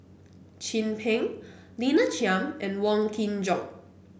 Chin Peng Lina Chiam and Wong Kin Jong